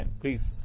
please